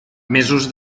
mesos